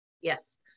yes